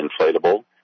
inflatable